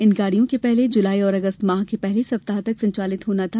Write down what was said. इन गाड़ियों के पहले जुलाई और अगस्त माह के पहले सप्ताह तक संचालित होना था